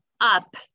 up